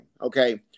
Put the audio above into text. Okay